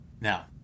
Now